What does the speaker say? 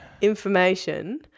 information